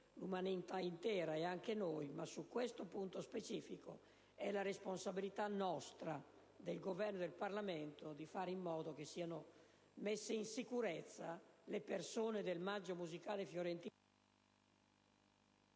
l'umanità intera e anche noi. Su questo punto specifico è nostra responsabilità, del Governo e del Parlamento, fare in modo che siano messe in sicurezza le persone del Maggio musicale fiorentino